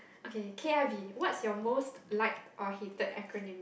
okay K_I_V what's your most liked or hated acronym